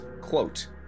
quote